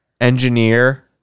engineer